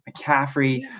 mccaffrey